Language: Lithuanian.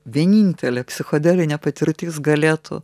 vienintelė psichodelinė patirtis galėtų